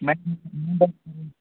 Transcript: ಮೆಟ್